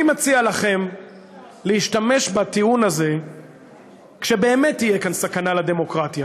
אני מציע לכם להשתמש בטיעון הזה כשבאמת תהיה כאן סכנה לדמוקרטיה